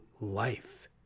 life